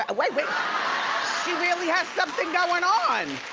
ah like but she really has something going on.